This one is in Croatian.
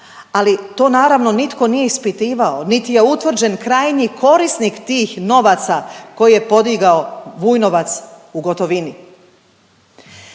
ali to naravno nitko nije ispitivao, niti je utvrđen krajnji korisnik tih novaca koje je podigao Vujnovac u gotovini.